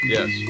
Yes